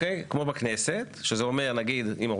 מכיוון שההצעה מונה אחוז ממספר המנדטים,